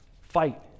fight